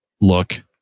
look